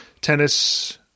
tennis